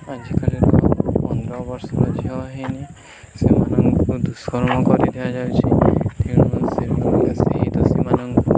ଆଜିକାଲିର ପନ୍ଦର ବର୍ଷର ଝିଅ ହେଇନି ସେମାନଙ୍କୁ ଦୁଷ୍କର୍ମ କରି ଦିଆଯାଉଛିି ତେଣୁ ସେ ସେମାନଙ୍କୁ